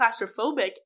claustrophobic